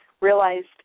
realized